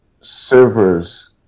servers